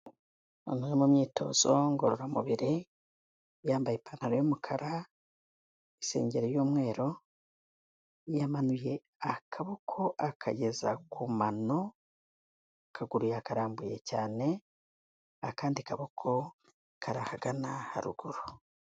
Umwe mu myitozo ngororamubiri, yambaye ipantaro y'umukara, isengeri y'umweru, yamanuye akaboko akageza ku mano, akaguru yakararambuye cyane, akandi kaboko kari ahagana haruguru.